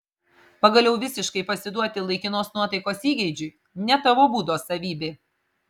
pagaliau visiškai pasiduoti laikinos nuotaikos įgeidžiui ne tavo būdo savybė